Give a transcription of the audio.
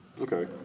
Okay